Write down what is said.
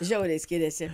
žiauriai skiriasi